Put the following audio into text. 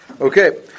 Okay